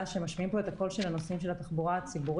שמשמיעים פה את הקול של הנוסעים של התחבורה הציבורית.